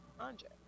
Andre